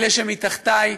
אלה שמתחתיי,